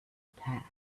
path